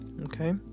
Okay